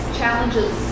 challenges